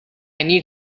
need